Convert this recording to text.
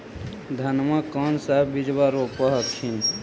धनमा कौन सा बिजबा रोप हखिन?